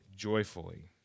Joyfully